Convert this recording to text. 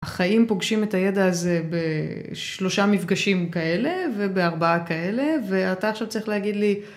החיים פוגשים את הידע הזה בשלושה מפגשים כאלה ובארבעה כאלה ואתה עכשיו צריך להגיד לי